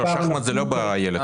שחמט זה לא באילת.